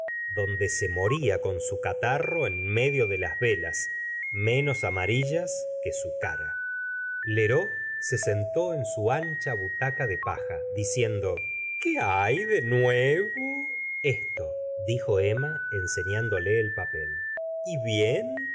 donde se morfa con su catarro en medio de las velas menos amarillas que su cara lheurex se sentó en su ancha butaca de paja diciendo qué hay de nuevo esto dijo emma enseñándole el papel y bien